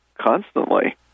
constantly